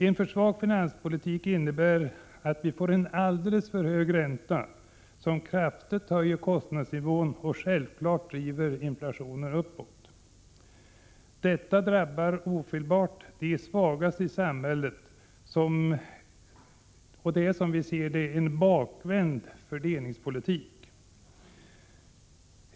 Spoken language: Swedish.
En för svag finanspolitik innebär att vi får en alldeles för hög ränta som kraftigt höjer kostnadsnivån och självfallet driver inflationen uppåt. Detta drabbar ofelbart de svagaste i samhället och är, som vi ser det, en bakvänd fördelningspolitik.